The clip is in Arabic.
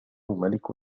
ملك